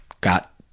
got